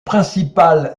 principal